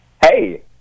Hey